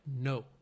no